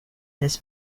this